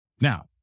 Now